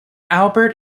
albert